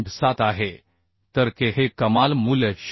7 आहे तर K हे कमाल मूल्य 0